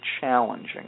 challenging